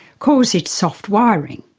calls it soft wiring.